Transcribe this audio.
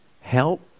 help